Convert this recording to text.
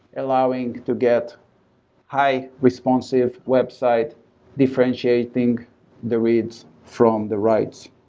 allowing to get high responsive website differentiating the reads from the writes.